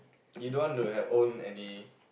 you don't want to have own any